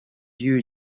you